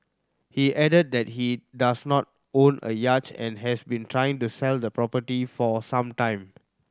he added that he does not own a yacht and has been trying to sell the property for some time